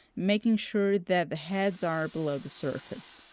making sure that the heads are below the surface.